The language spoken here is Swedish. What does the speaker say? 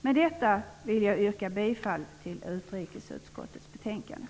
Med detta vill jag yrka bifall till hemställan i utrikesutskottets betänkande.